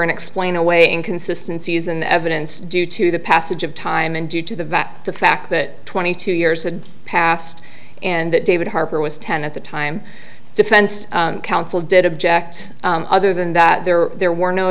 and explain away inconsistency isn't evidence due to the passage of time and due to the vet the fact that twenty two years had passed and that david harper was ten at the time defense counsel did object other than that there there were no